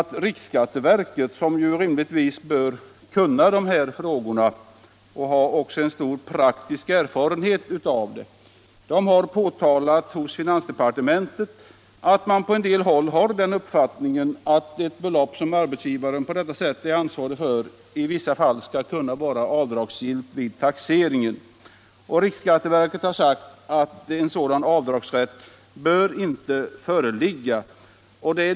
Riksskatteverket, som rimligtvis bör kunna dessa frågor och även har stor praktisk erfarenhet av dem, har hos finansdepartementet påtalat att man på en del håll har uppfattningen att ett belopp som arbetsgivaren på detta sätt är ansvarig för i vissa fall skall kunna vara avdragsgillt vid taxeringen. Riksskatteverket har uttalat att sådan avdragsrätt inte bör föreligga.